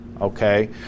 Okay